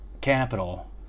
capital